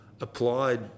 applied